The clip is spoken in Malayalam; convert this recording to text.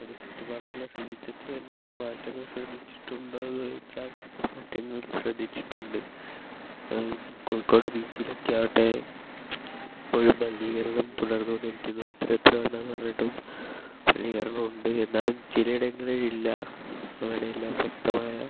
അതിൻ്റെ ചുറ്റുപാടുമുള്ള ശുചിത്വത്തിൽ എന്തെങ്കിലും മാറ്റങ്ങൾ ശ്രദ്ധിച്ചിട്ടുണ്ടോ എന്ന് ചോദിച്ചാൽ മാറ്റങ്ങൾ ശ്രദ്ധിച്ചിട്ടുണ്ട് അത് കോഴിക്കോട് ബീച്ചിലൊക്കെ ആവട്ടെ എപ്പോഴും മലിനീകരണം തുടർന്നുകൊണ്ടിരിക്കുന്നു എത്തരത്തിലാണെന്ന് പറഞ്ഞിട്ടും മലിനീകരണമുണ്ട് എന്നാലും ചിലയിടങ്ങളിൽ ഇല്ല അങ്ങനെ എല്ലാം ശക്തമായ